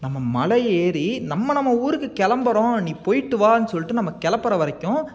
நம்ம மலையை ஏறி நம்ம நம்ம ஊருக்கு கிளம்பறோம் நீ போயிட்டு வான்னு சொல்லிட்டு நம்பளை கெளப்புற வரைக்கும்